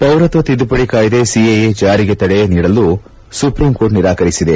ಪೌರತ್ವ ತಿದ್ಲುಪಡಿ ಕಾಯ್ದೆ ಸಿಎಎ ಜಾರಿಗೆ ತಡೆ ನೀಡಲು ಸುಪ್ರೀಂಕೋರ್ಟ್ ನಿರಾಕರಿಸಿದೆ